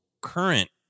current